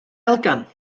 elgan